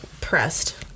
Pressed